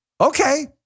Okay